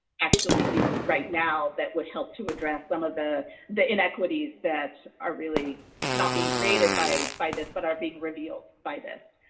actually do right now that would help to address some of the the inequities that are really not being created by by this but are being revealed by this.